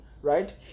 Right